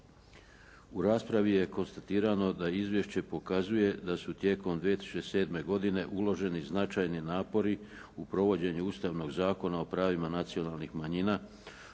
U raspravi je konstatirano da izvješće pokazuje da su tijekom 2007. godine uloženi značajni napori u provođenju Ustavnog zakona o pravima nacionalnih manjina,